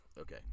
Okay